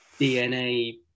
DNA